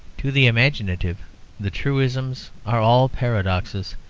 to the imaginative the truisms are all paradoxes,